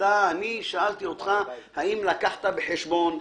אני שאלתי אותך אם לקחת בחשבון פקקים,